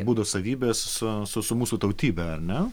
būdo savybes su su su mūsų tautybe ar ne